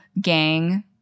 gang